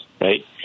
right